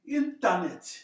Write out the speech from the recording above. internet